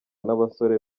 n’abasore